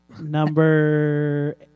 Number